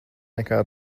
nekā